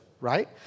right